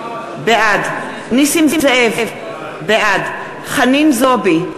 בעד נסים זאב, בעד חנין זועבי,